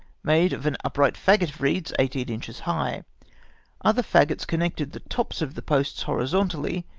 made of an upright faggot of reeds, eighteen inches high other faggots connected the tops of the posts horizontally,